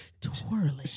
twirling